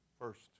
first